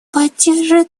поддержит